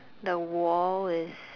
the wall is